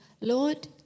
Lord